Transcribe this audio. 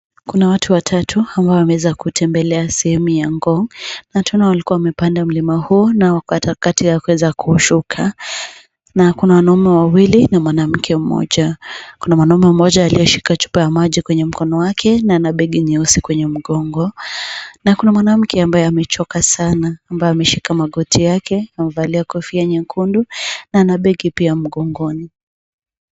Kuna watu watatu ambao wameweza kutembelea sehemu ya Ngong. na tunaona, walikua wamepanda mlima huo na wako katikati ya kuweza kuushuka. Na kuna wanaume wawili na mwanamke mmoja. Kuna mwanaume mmoja aliyeshika chupa ya maji kwenye mkono wake, na ana begi nyeusi kwenye mgongo. Na kuna mwanamke ambaye amechoka sana, ambaye ameshika magoti yake, amevalia kofia nyekundu na ana begi pia mgongoni.